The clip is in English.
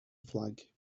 flag